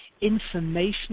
information